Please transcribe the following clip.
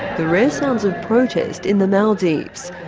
the rare sounds of protest in the maldives.